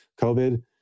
COVID